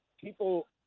people